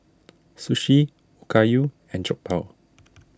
Sushi Okayu and Jokbal